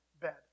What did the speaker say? bed